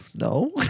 No